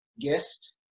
guest